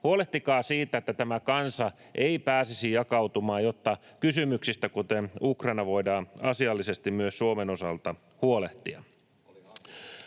huolehtikaa siitä, että tämä kansa ei pääsisi jakautumaan, jotta kysymyksistä kuten Ukraina voidaan asiallisesti myös Suomen osalta huolehtia.